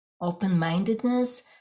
open-mindedness